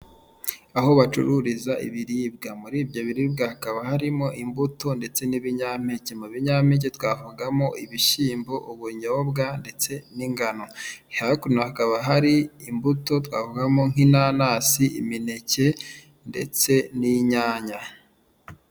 Aho bacururiza ibiribwa, muri ibyo biribwa hakaba harimo imbuto ndetse n'ibinyampeke, mu binyampeke twavugamo ibishyimbo, ubunyobwa ndetse n'ingano, hakuno hakaba hari imbuto twavamo nk'inanasi, imineke ndetse n'inyanya.